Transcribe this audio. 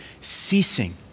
ceasing